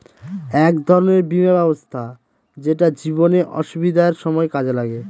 এক ধরনের বীমা ব্যবস্থা যেটা জীবনে অসুবিধার সময় কাজে লাগে